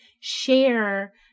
share